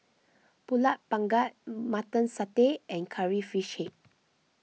Pulut Panggang Mutton Satay and Curry Fish Head